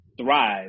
thrive